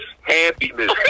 Happiness